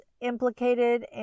implicated